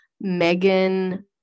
Megan